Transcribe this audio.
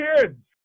kids